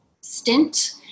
stint